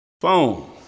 phone